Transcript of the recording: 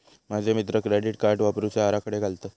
माझे मित्र credit card वापरुचे आराखडे घालतत